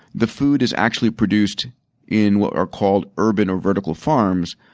the food is actually produced in what are called urban or vertical farms,